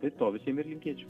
ir to visiem ir linkėčiau